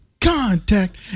Contact